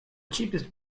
cheapest